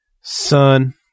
son